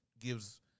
gives